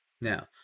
Now